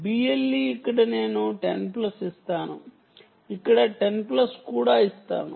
BLE ఇక్కడ నేను 10 plus ఇస్తాను ఇక్కడ 10 ప్లస్ కూడా ఇస్తాను